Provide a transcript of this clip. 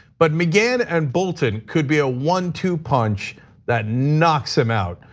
but mcgahn and bolton could be a one-two punch that knocks him out.